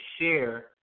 share